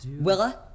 Willa